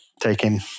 taking